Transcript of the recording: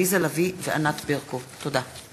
עליזה לביא וענת ברקו בנושא: ביטול פרויקט בגרות ללוחמים בצה"ל.